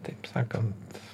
taip sakant